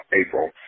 April